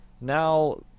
now